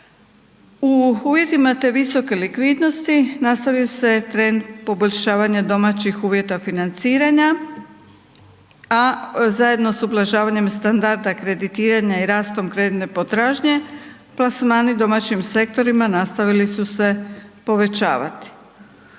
U uvjetima te visoke likvidnosti nastavio se trend poboljšavanja domaćih uvjeta financiranja, a zajedno s ublažavanjem standarda kreditiranja i rastom kreditne potražnje plasmani u domaćim sektorima nastavili su se povećavati.